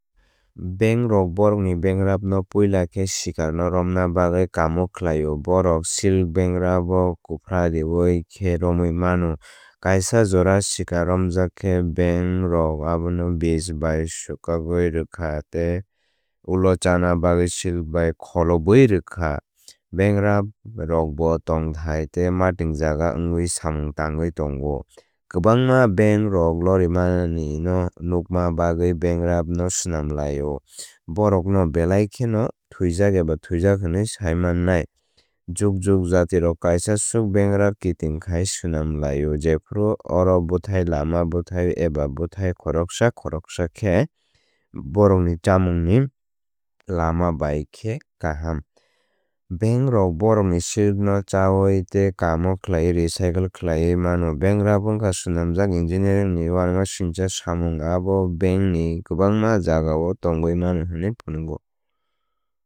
Bengrok bohrokni bangrab no puila khe sikarno romna bagwi kamo khlaio. Bórok silk bangrab wo kwphareoui khe romwi mano. Kaisa jora sikar romjak khe beng rok abono bish bai swkakwi rwkha tei ulo chana bagwi silk bai kholobwi rwkha. Bengrab rokbo tongthai tei mating jaga wngwi samung tangwi tongo. Kwbangma beng rok lorimani no nukna bagwi bangrab no swnam laio. Bohrok no belai kheno thwijak eba thwijak hwnwi saimannai. Jukjuk jatirok kaisa swk bangrab kiting khai swnam laio. Jephru oro bwthai lama bwthai eba bwthai khoroksa khoroksa khe bohrokni chamungni lama bai khe kaham. Beng rok bohrokni silk no chawi tei tei kamo khlaiwi recycle khlaiwi mano. Bengrab wngkha swnamjak engineering ni uanamasingcha samung abo beng ni kwbangma jagao tongwi mano hwnwi phunukgo.